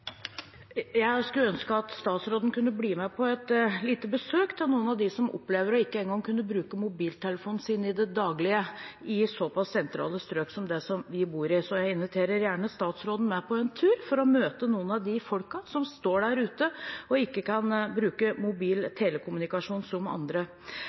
Jeg skulle ønske at statsråden kunne bli med på et lite besøk til noen av dem som opplever å ikke engang kunne bruke mobiltelefonen sin i det daglige i såpass sentrale strøk som det vi bor i, så jeg inviterer gjerne statsråden med på en tur for å møte noen av de folkene som står der ute og ikke kan bruke mobil telekommunikasjon sånn som andre.